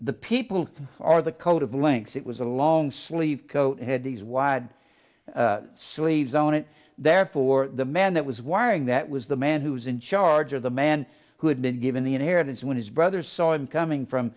the people are the coat of links it was a long sleeved coat had these wide sleeves own it therefore the man that was wearing that was the man who is in charge of the man who had been given the inheritance when his brother saw him coming from